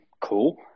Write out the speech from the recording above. cool